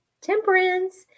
temperance